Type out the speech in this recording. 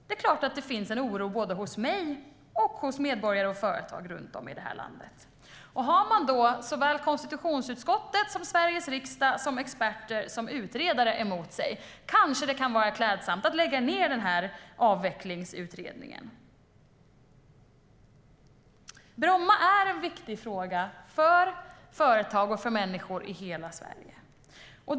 Det är klart att det finns en oro hos såväl mig som hos medborgare och företag runt om i landet. Om man har konstitutionsutskottet, Sveriges riksdag, experter och utredaren emot sig kanske det kan vara klädsamt att lägga ned avvecklingsutredningen. Fru talman! Bromma är en viktig fråga för företag och människor i hela Sverige.